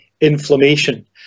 inflammation